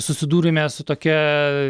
susidūrėme su tokia